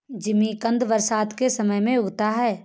जिमीकंद बरसात के समय में उगता है